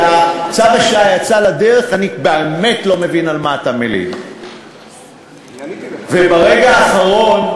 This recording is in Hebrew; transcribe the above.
אני מלין גם על הצורה שבה זה נעשה עם החברות עכשיו.